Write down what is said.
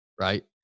right